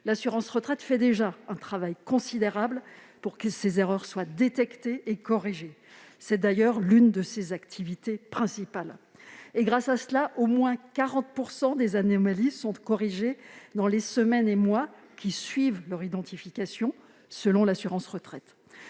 L'assurance retraite fait déjà un travail considérable pour que ces erreurs soient détectées et corrigées. C'est d'ailleurs l'une de ses activités principales. Grâce à ce travail, au moins 40 % des anomalies sont corrigées dans les semaines et mois qui suivent leur identification, selon l'assurance retraite.